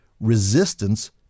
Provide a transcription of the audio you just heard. resistance